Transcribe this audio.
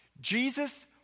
Jesus